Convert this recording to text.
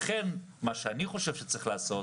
לכן מה שאני חושב שצריך לעשות,